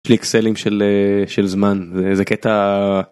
על פי אקסלים של של זמן זה זה קטע.